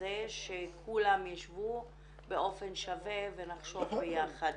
הזה שכולם ישבו באופן שווה ונחשוב ביחד